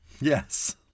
Yes